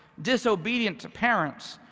disobedient to parents,